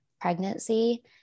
pregnancy